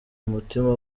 umutima